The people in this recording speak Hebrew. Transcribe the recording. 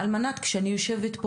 על מנת שתשיבו כאשר אני יושבת פה